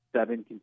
seven